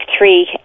three